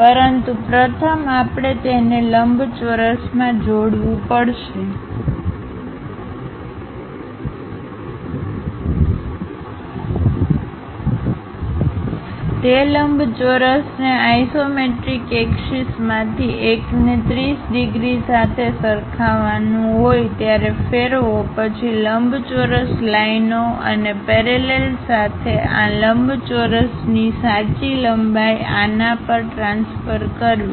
પરંતુ પ્રથમ આપણે તેને લંબચોરસમાં જોડવું પડશે તે લંબચોરસને આઇસોમેટ્રિક એક્ષસમાંથી એકને 30 ડિગ્રી સાથે સરખાવાનુંનું હોય ત્યારે ફેરવો પછી લંબચોરસ લાઈનઓ અને પેરેલલ સાથે આ લંબચોરસની સાચી લંબાઈ આના પર ટ્રાન્સફર કરવી